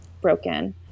broken